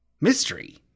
Mystery